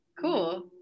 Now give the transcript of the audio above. cool